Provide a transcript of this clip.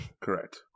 Correct